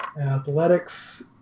Athletics